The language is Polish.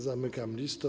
Zamykam listę.